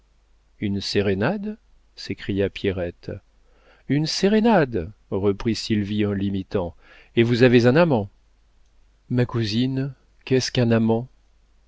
une sérénade s'écria pierrette une sérénade reprit sylvie en l'imitant et vous avez un amant ma cousine qu'est-ce qu'un amant